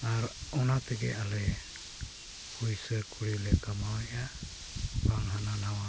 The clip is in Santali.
ᱟᱨ ᱚᱱᱟᱛᱮᱜᱮ ᱟᱞᱮ ᱯᱩᱭᱥᱟᱹᱼᱠᱩᱲᱤᱞᱮ ᱠᱟᱢᱟᱣᱮᱫᱼᱟ ᱵᱟᱝ ᱦᱟᱱᱟᱼᱱᱷᱟᱣᱟ